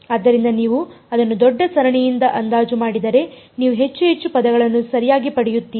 ಆದ್ದರಿಂದ ನೀವು ಅದನ್ನು ದೊಡ್ಡ ಸರಣಿಯಿಂದ ಅಂದಾಜು ಮಾಡಿದರೆ ನೀವು ಹೆಚ್ಚು ಹೆಚ್ಚು ಪದಗಳನ್ನು ಸರಿಯಾಗಿ ಪಡೆಯುತ್ತೀರಿ